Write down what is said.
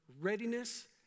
readiness